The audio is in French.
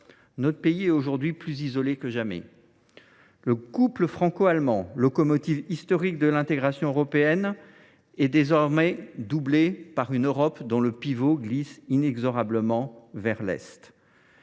France est aujourd’hui plus isolée que jamais. Le couple franco allemand, locomotive historique de l’intégration européenne, est désormais doublé par une Europe dont le pivot glisse inexorablement vers l’est.